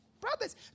brothers